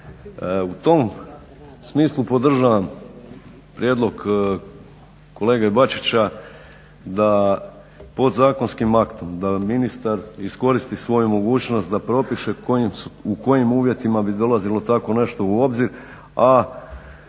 U tom smislu podržavam prijedlog kolege Bačića da podzakonskim aktom da ministar iskoristi svoju mogućnost da propiše u kojim uvjetima bi dolazilo tako nešto u obzir a